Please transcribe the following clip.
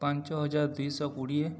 ପାଞ୍ଚହଜାର ଦୁଇଶହ କୋଡ଼ିଏ